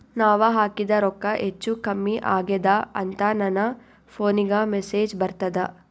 ನಾವ ಹಾಕಿದ ರೊಕ್ಕ ಹೆಚ್ಚು, ಕಮ್ಮಿ ಆಗೆದ ಅಂತ ನನ ಫೋನಿಗ ಮೆಸೇಜ್ ಬರ್ತದ?